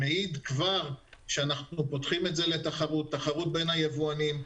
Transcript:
מעיד כבר שאנחנו פותחים את זה לתחרות תחרות בין היבואנים,